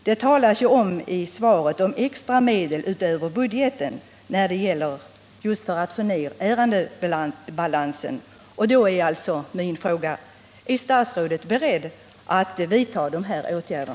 Det talas ju i svaret om att regeringen under senare år anvisat extra medel utöver budgeten just för att få ner ärendebalansen. Då är alltså min fråga: Är statsrådet beredd att vidta sådana åtgärder?